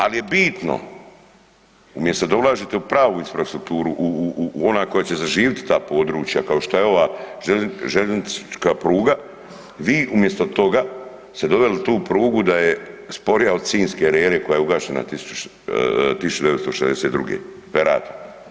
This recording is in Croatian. Ali je bitno umjesto da ulažete u pravu infrastrukturu ona koja će zaživjeti ta područja kao što je ova željeznička pruga, vi umjesto toga ste doveli tu prugu da je sporija od sinjske rere koja je ugašena 1962. ferata.